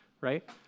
right